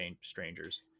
strangers